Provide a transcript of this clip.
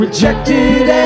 Rejected